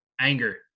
Anger